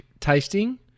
tasting